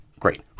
great